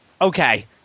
okay